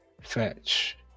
Fetch